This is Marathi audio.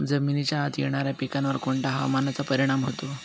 जमिनीच्या आत येणाऱ्या पिकांवर कोणत्या हवामानाचा परिणाम होतो?